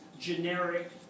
generic